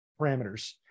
parameters